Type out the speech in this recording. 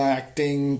acting